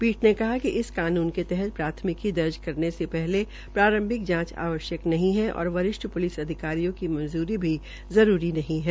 पीठ ने कहा कि इस कानून के तहत प्राथमिकी दर्ज करने के पहले प्रारंभिक जांच आवश्यक नहीं है और वरिष्ठ पुलिस अधिकारियों की मजूंरी भी जरूरी है